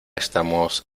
estamos